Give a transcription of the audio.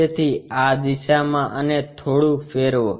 તેથી આ દિશામાં આને થોડું ફેરવો